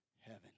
heaven